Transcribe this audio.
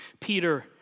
Peter